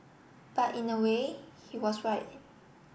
but in a way he was right